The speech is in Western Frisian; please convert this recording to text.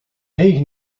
hege